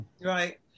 Right